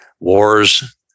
Wars